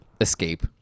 escape